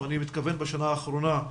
כשאני אומר בשנה האחרונה,